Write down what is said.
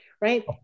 right